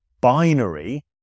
binary